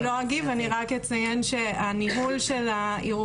אני לא אגיב אני רק אציין שהניהול של הערעורים